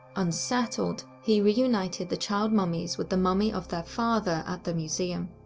unsettled, he reunited the child mummies with the mummy of their father at the museum.